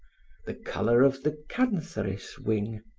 the color of the cantharis wing,